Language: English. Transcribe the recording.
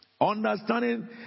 Understanding